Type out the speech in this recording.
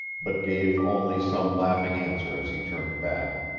but gave only some laughing answer as he turned back.